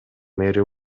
мэри